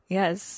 yes